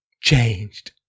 changed